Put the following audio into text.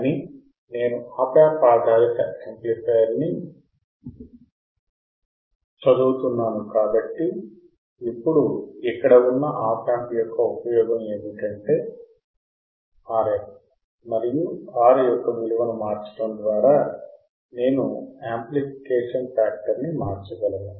కానీ నేను op amp ఆధారిత యాంప్లిఫైయర్ ని చదువుతున్నాను కాబట్టి ఇప్పుడు ఇక్కడ ఉన్న ఆప్ యాంప్ యొక్క ఉపయోగం ఏమిటంటే RF మరియు R యొక్క విలువను మార్చడం ద్వారా నేను యాంప్లిఫికేషన్ ఫ్యాక్టర్ ని మార్చగలను